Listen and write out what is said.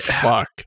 Fuck